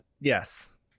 yes